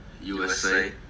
USA